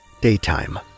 daytime